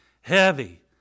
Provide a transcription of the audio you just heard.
heavy